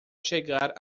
chegar